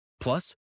Plus